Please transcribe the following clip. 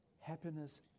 Happiness